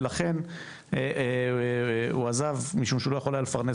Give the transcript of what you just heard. ולכן הוא עזב משום שלא היה יכול לפרנס